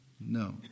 No